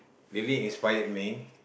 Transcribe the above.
really inspired me